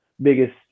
biggest